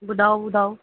ॿुधाओ ॿुधाओ